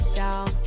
down